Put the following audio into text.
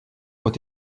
ont